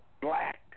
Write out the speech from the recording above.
black